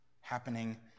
happening